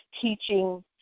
teaching